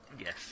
Yes